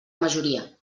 majoria